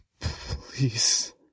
Please